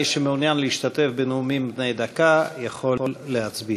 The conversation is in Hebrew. מי שמעוניין להשתתף בנאומים בני דקה יכול להצביע.